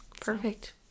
Perfect